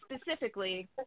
specifically